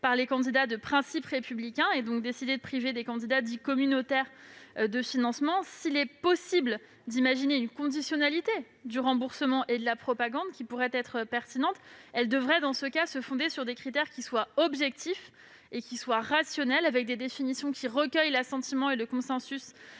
par les candidats, de principes républicains, afin de priver des candidats dits « communautaires » de financement. S'il est possible d'imaginer une conditionnalité du remboursement et de la propagande qui pourrait être pertinente, celle-ci devrait se fonder sur des critères objectifs et rationnels, avec des définitions recueillant l'assentiment et le consensus